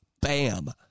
Bam